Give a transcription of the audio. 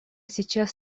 сейчас